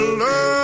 love